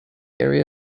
area